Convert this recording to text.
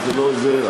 זה לא עוזר,